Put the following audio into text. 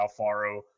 Alfaro